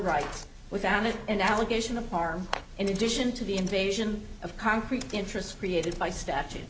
rights without it and allegation of harm in addition to the invasion of concrete interest created by statute